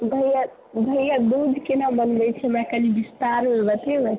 भैआ भैआ दूज केना मनबैत छियै हमरा कनी बिस्तारमे बतेबै